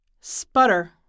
sputter